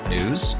News